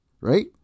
right